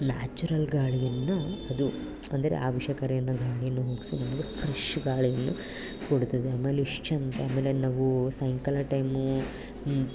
natural ಗಾಳಿಯನ್ನು ಅದು ಅಂದರೆ ಆ ವಿಷಕಾರಿಯನ್ನು ಗಾಳಿಯು ಹೋಗಿಸಿ ನಮಗೆ ಫ್ರೆಶ್ ಗಾಳಿಯನ್ನು ಕೊಡುತ್ತದೆ ಆಮೇಲೆ ಇಷ್ಟು ಚಂದ ಆಮೇಲೆ ನಾವು ಸಾಯಂಕಾಲ ಟೈಮು